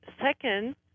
Second